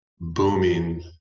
booming